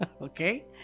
okay